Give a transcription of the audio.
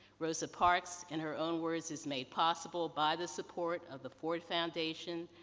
rosa parks in her own words is made possible by the support of the ford foundation,